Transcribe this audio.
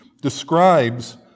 describes